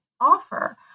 offer